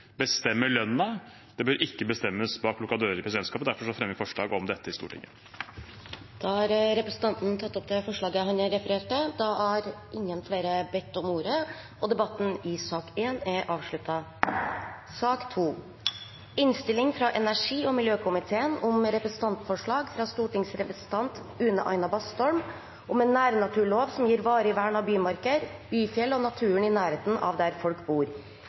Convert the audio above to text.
bestemme lønnen, det bør ikke bestemmes bak lukkede dører i presidentskapet. Derfor fremmer vi forslag om dette i Stortinget. Da har representanten Bjørnar Moxnes tatt opp det forslaget han refererte til. Flere har ikke bedt om ordet til sak nr. 1. Etter ønske fra energi- og miljøkomiteen vil presidenten foreslå at taletiden blir begrenset til 3 minutter til hver partigruppe og 5 minutter til medlemmer av